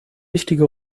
wichtige